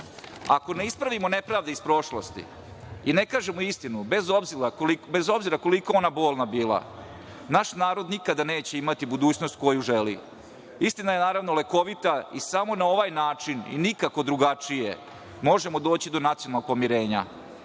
Ako ne ispravimo nepravde iz prošlosti i ne kažemo istinu, bez obzira koliko ona bolna bila, naš narod nikada neće imati budućnost koju želi. Istina je naravno lekovita i samo na ovaj način i nikako drugačije možemo doći do nacionalnog pomirenja.